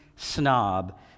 Snob